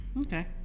Okay